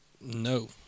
No